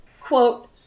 quote